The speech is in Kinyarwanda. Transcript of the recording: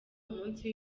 umunsi